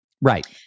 Right